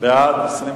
1 2 נתקבלו.